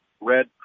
red